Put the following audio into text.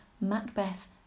Macbeth